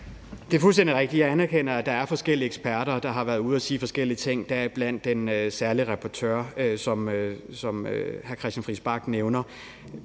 Det er fuldstændig rigtigt. Jeg anerkender, at der er forskellige eksperter, der har været ude at sige forskellige ting, deriblandt den særlige rapporteur, som hr. Christian Friis Bach nævner.